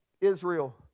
Israel